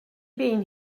been